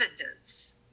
evidence